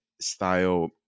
style